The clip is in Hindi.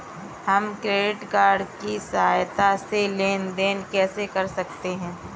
हम क्रेडिट कार्ड की सहायता से लेन देन कैसे कर सकते हैं?